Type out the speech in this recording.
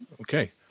Okay